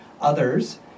others